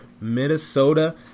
Minnesota